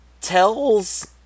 tells